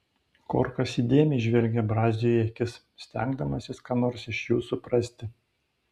korkas įdėmiai žvelgė braziui į akis stengdamasis ką nors iš jų suprasti